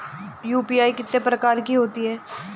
UPI कितने प्रकार की होती हैं?